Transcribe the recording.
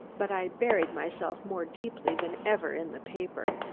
but i buried myself more deeply than ever in the paper.